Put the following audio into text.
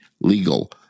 legal